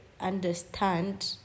understand